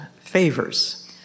favors